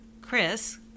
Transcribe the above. Chris